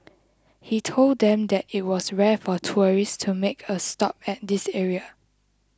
he told them that it was rare for tourists to make a stop at this area